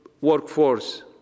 workforce